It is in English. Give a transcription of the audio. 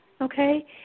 okay